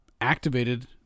activated